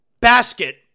basket